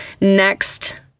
next